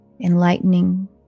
enlightening